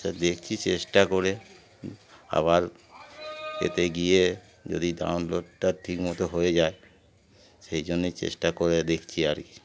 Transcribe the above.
সে দেখছি চেষ্টা করে আবার এতে গিয়ে যদি ডাউনলোডটা ঠিকমতো হয়ে যায় সেই জন্যই চেষ্টা করে দেখছি আর কি